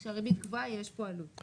כשהריבית גבוהה יש פה עלות.